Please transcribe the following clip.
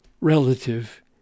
relative